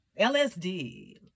LSD